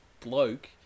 bloke